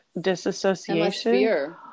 disassociation